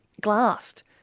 glassed